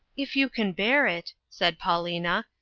if you can bear it, said paulina,